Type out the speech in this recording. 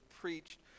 preached